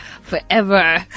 Forever